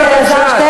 על-פי בקשת,